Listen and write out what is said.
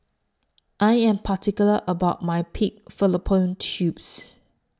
I Am particular about My Pig Fallopian Tubes